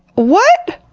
what!